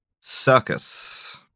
circus